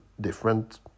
different